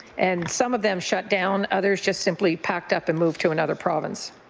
and some of them shut down, others just simply packed up and moved to another province.